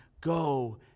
Go